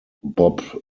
bob